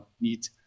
need